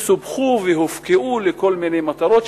והן סופחו והופקעו לכל מיני מטרות,